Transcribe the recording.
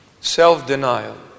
Self-denial